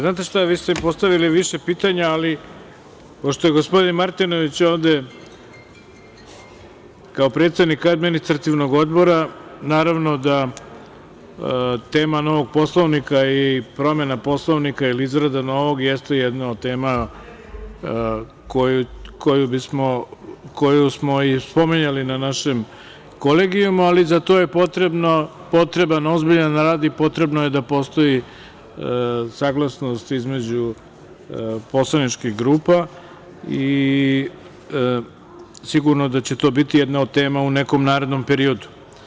Znate šta, vi ste postavili više pitanja, ali pošto je gospodin Martinović ovde kao predsednik Administrativnog odbora, naravno da tema novog Poslovnika i promena Poslovnika ili izrada novog jeste jedna od tema koju smo i spominjali na našem Kolegijumu, ali za to je potreban ozbiljan rad i potrebno je da postoji saglasnost između poslaničkih grupa i sigurno da će to biti jedna od tema u nekom narednom periodu.